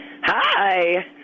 Hi